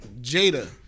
Jada